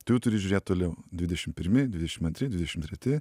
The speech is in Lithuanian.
tu jau turi žiūrėt toliau dvidešim pirmi dvidešim antri dvidešim treti